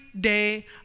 day